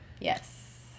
Yes